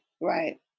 right